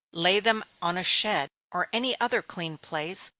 lay them on a shed, or any other clean place,